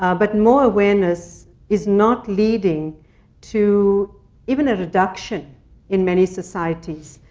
ah but more awareness is not leading to even a reduction in many societies.